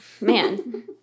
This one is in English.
Man